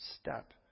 step